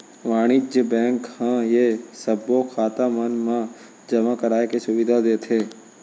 वाणिज्य बेंक ह ये सबो खाता मन मा जमा कराए के सुबिधा देथे